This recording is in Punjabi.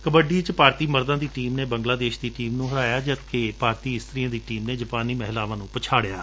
ਕੱਬਡੀ ਵਿਚ ਭਾਰਤੀ ਮਰਦਾਂ ਨੇ ਬੰਗਲਾਦੇਸ਼ ਦੀ ਟੀਮ ਨੂੰ ਹਰਾਇਆ ਜਦਕਿ ਭਾਰਤੀ ਇਸਤਰੀਆਂ ਦੀ ਟੀਮ ਨੇ ਜਪਾਨੀ ਮਹਿਲਾਵਾਂ ਨੂੰ ਪਛਾਤਿਆ